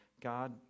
God